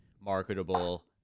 marketable